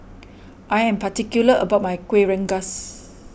I am particular about my Kueh Rengas